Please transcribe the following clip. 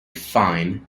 fine